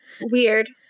weird